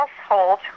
household